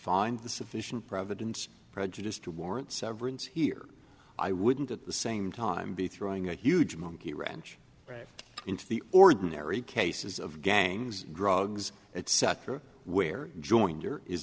find the sufficient providence prejudice to warrant severance here i wouldn't at the same time be throwing a huge monkey wrench right into the ordinary cases of gangs drugs etc where join